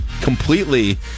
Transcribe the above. completely